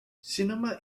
cinema